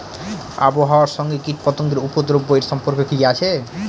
আবহাওয়ার সঙ্গে কীটপতঙ্গের উপদ্রব এর সম্পর্ক কি আছে?